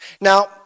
Now